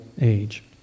age